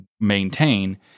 maintain